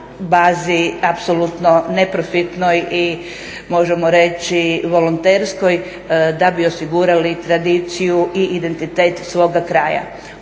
bazi apsolutno neprofitnoj i možemo reći volonterskoj da bi osigurali tradiciju i identitet svoga kraja.